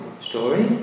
story